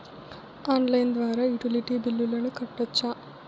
Online ద్వారా utility బిల్లులను కట్టొచ్చా?